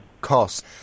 cost